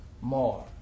more